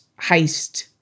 heist